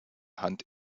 hand